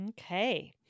Okay